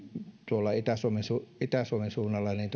tuolla itä suomen suunnalla